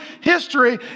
history